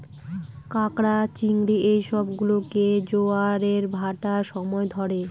ক্যাঁকড়া, চিংড়ি এই সব গুলোকে জোয়ারের ভাঁটার সময় ধরে